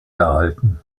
erhalten